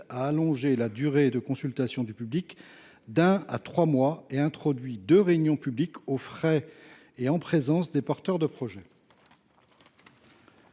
a allongé la durée de consultation du public d’un mois à trois mois, et introduit deux réunions publiques aux frais et en présence des porteurs de projet.